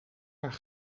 haar